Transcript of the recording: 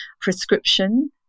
prescription